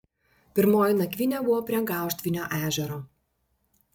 pirmoji nakvynė buvo prie gauštvinio ežero